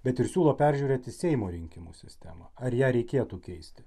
bet ir siūlo peržiūrėti seimo rinkimų sistemą ar ją reikėtų keisti